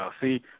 see